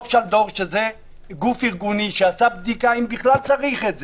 שהוא גוף ארגוני, שעשה בדיקה אם בכלל צריך את זה.